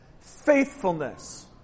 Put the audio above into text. faithfulness